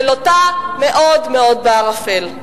שלוטה מאוד מאוד בערפל.